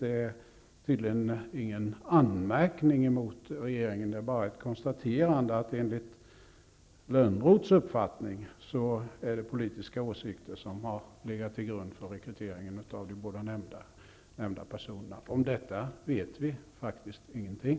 Det är tydligen inte någon anmärkning mot regeringen, utan bara ett konstaterande att enligt Lönnroths uppfattning har politiska åsikter legat till grund för rekrytering av de båda nämnda personerna. Om detta vet vi faktiskt ingenting.